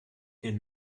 den